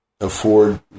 afford